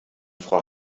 frau